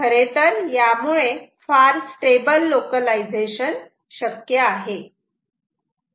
खरे तर यामुळे फार स्टेबल लोकलायझेशन शक्य आहे